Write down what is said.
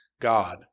God